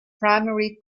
primary